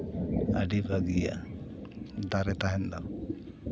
ᱟᱹᱰᱤ ᱵᱷᱟᱹᱜᱤᱭᱟ ᱫᱟᱨᱮ ᱛᱟᱦᱮᱱ ᱫᱚ